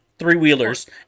Three-wheelers